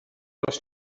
gros